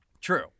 true